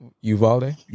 Uvalde